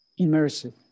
immersive